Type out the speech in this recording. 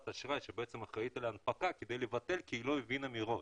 אשראי שבעצם אחראית על ההנפקה כדי לבטל כי היא לא הבינה מראש.